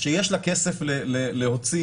שיש לה כסף להוציא.